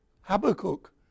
Habakkuk